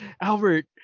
Albert